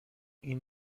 این